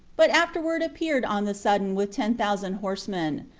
but afterward appeared on the sudden with ten thousand horsemen.